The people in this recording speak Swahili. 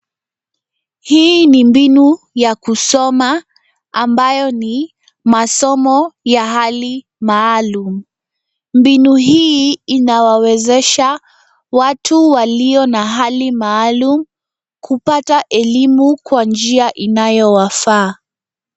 Hii ni mbinu ya kusoma ambayo ni masomo ya hali maalum. Mbinu hii inawawezesha watu walio na hali maalum kupata elimu kwa njia inayo wafaa.